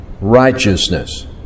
righteousness